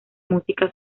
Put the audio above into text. música